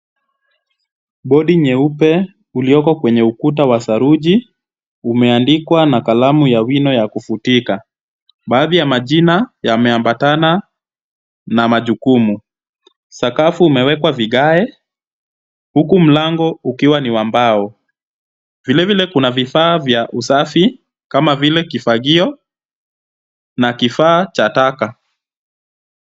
Bodi nyeupe ulioko kwenye ukuta wa saruji, umeandikwa na kalamu ya wino ya kufutika. Baadhi ya majina yameambatana na majukumu. Sakafu umewekwa vigae, huku mlango ukiwa ni wa mbao. Vilevile, kuna vifaa vya usafi kama vile kifagio na kifaa cha taka.